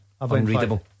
Unreadable